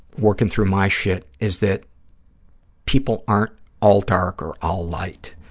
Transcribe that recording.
working through my shit is that people aren't all dark or all light,